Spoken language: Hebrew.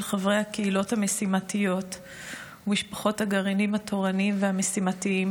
חברי הקהילות המשימתיות ומשפחות הגרעינים התורניים והמשימתיים,